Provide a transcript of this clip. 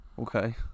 Okay